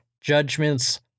judgments